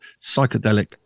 psychedelic